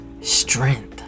strength